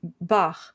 Bach